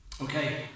Okay